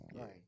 right